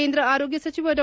ಕೇಂದ್ರ ಆರೋಗ್ಯ ಸಚಿವ ಡಾ